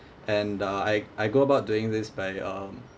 and uh I I go about doing this by um